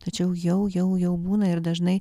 tačiau jau jau jau būna ir dažnai